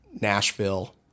Nashville